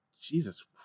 Jesus